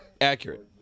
Accurate